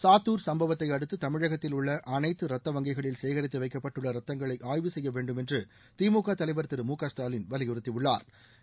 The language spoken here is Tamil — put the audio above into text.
சாத்தூர் சம்பவத்தையடுத்து தமிழகத்தில் உள்ள அனைத்து ரத்த வங்கிகளில் சேகித்து வைக்கப்பட்டுள்ள ரத்தங்களை ஆய்வு செய்ய வேண்டும் என்று திமுக தலைவர் திரு மு க ஸ்டாலின் வலியுறுத்தியுள்ளாா்